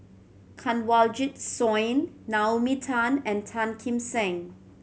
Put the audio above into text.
Kanwaljit Soin Naomi Tan and Tan Kim Seng